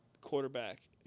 quarterback